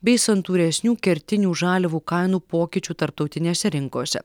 bei santūresnių kertinių žaliavų kainų pokyčių tarptautinėse rinkose